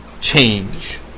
change